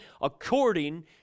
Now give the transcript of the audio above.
according